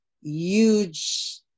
huge